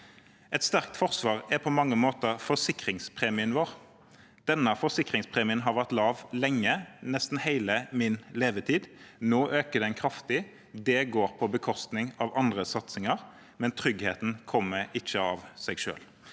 Et sterkt forsvar er på mange måter forsikringspremien vår. Denne forsikringspremien har vært lav lenge, nesten hele min levetid. Nå øker den kraftig. Det går på bekostning av andre satsinger, men tryggheten kommer ikke av seg selv.